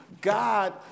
God